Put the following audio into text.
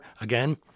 again